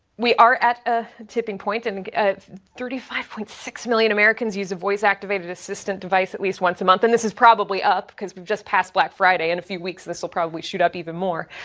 we are at a tipping point, and thirty five point six million americans use a voice activated assistant device at least once a month, and this is probably up because we've just passed black friday in and a few weeks this so probably shoot up even more.